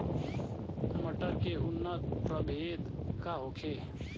मटर के उन्नत प्रभेद का होखे?